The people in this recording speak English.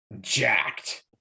jacked